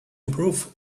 improve